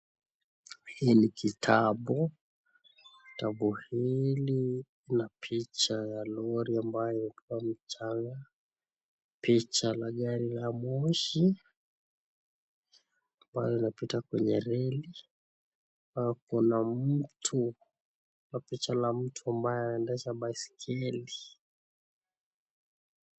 Hili ni kitabu. Kitabu hili lina picha ya picha ya lori ambayo lina mchanga. Picha la gari ya moshi ambayo inapita kwenye reli, kuna mtu, picha la mtu ambaye anaendesha baiskeli.